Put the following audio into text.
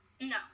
no